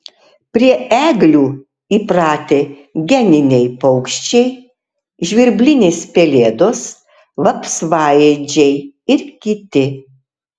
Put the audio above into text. prie eglių įpratę geniniai paukščiai žvirblinės pelėdos vapsvaėdžiai ir kiti